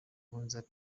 nkurunziza